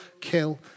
kill